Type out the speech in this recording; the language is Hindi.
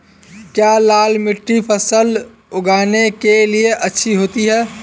क्या लाल मिट्टी फसल उगाने के लिए अच्छी होती है?